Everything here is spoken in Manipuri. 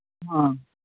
ꯑꯥ